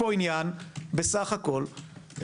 יש פה עניין של מוצא.